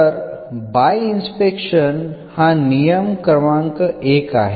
तर by inspection हा नियम क्रमांक 1 आहे